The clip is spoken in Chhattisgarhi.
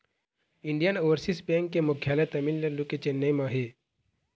इंडियन ओवरसीज बेंक के मुख्यालय तमिलनाडु के चेन्नई म हे